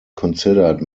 considered